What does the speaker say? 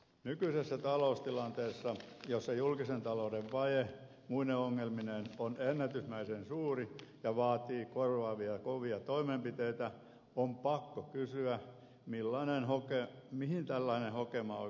nykyisessä taloustilanteessa jossa julkisen talouden vaje muine ongelmineen on ennätysmäisen suuri ja vaatii korvaavia kovia toimenpiteitä on pakko kysyä mihin tällainen hokema oikein voi perustua